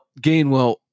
Gainwell